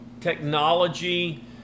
technology